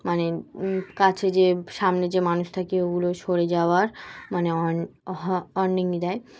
মানে কাছে যে সামনে যে মানুষ থাকে ওগুলো সরে যাওয়ার মানে অ ওয়ার্নিং দেয়